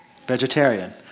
Vegetarian